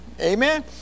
Amen